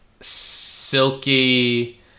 silky